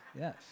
Yes